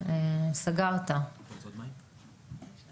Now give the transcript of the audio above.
בהפגנה באריאל שהייתה